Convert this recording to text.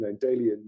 daily